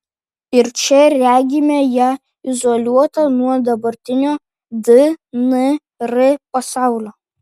ir čia regime ją izoliuotą nuo dabartinio dnr pasaulio